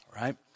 right